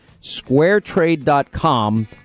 Squaretrade.com